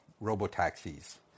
robo-taxis